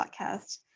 podcast